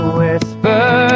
whisper